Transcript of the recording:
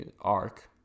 arc